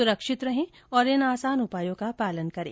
सुरक्षित रहें और इन तीन आसान उपायों का पालन करें